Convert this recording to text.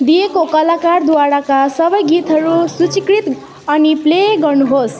दिइएको कलाकारद्वाराका सबै गीतहरू सूचीकृत अनि प्ले गर्नुहोस्